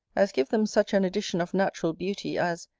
as give them such an addition of natural beauty as,